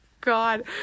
God